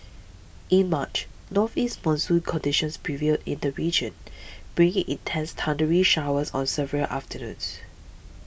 in March northeast monsoon conditions prevailed in the region bringing intense thundery showers on several afternoons